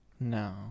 No